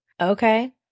Okay